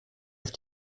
auf